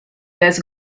les